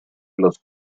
los